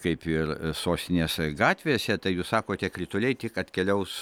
kaip ir sostinės gatvėse tai jūs sakote krituliai tik atkeliaus